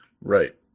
Right